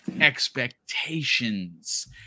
expectations